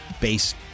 base